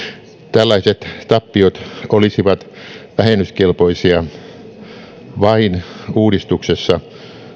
tällaiset tappiot olisivat vähennyskelpoisia vain uudistuksessa